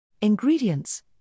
Ingredients